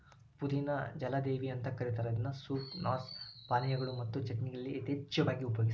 ಪುದಿನಾ ನ ಜಲದೇವಿ ಅಂತ ಕರೇತಾರ ಇದನ್ನ ಸೂಪ್, ಸಾಸ್, ಪಾನೇಯಗಳು ಮತ್ತು ಚಟ್ನಿಗಳಲ್ಲಿ ಯಥೇಚ್ಛವಾಗಿ ಉಪಯೋಗಸ್ತಾರ